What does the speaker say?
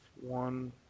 one